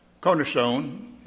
Cornerstone